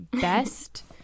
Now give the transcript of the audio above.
best